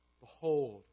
Behold